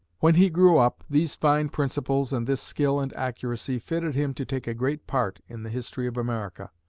when he grew up, these fine principles and this skill and accuracy, fitted him to take a great part in the history of america.